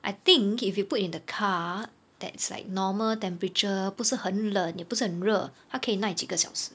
I think if you put in the car that's like normal temperature 不是很冷也不是很热它可以耐几个小时